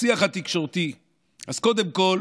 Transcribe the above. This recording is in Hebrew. אז קודם כול